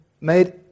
made